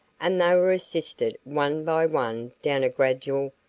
and they were assisted one by one down a gradual,